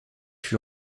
fut